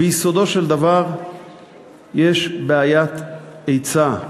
ביסודו של דבר יש בעיית היצע.